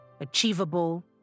achievable